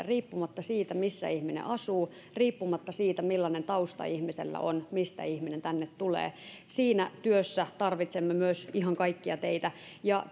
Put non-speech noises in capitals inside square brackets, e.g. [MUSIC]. [UNINTELLIGIBLE] riippumatta siitä missä ihminen asuu riippumatta siitä millainen tausta ihmisellä on mistä ihminen tänne tulee siinä työssä tarvitsemme myös ihan kaikkia teitä ja [UNINTELLIGIBLE]